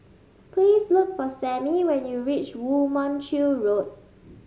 please look for Sammie when you reach Woo Mon Chew Road